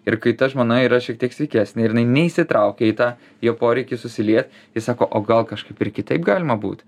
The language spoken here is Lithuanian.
ir kai ta žmona yra šiek tiek sveikesnė ir jinai neįsitraukia į tą jo poreikis susiliet jis sako o gal kažkaip ir kitaip galima būt